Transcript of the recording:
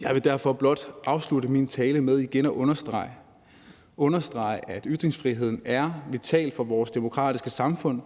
Jeg vil derfor blot afslutte min tale med igen at understrege, at ytringsfriheden er vital for vores demokratiske samfund,